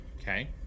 Okay